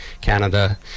Canada